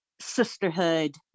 sisterhood